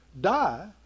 die